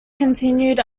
continued